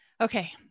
okay